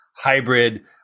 hybrid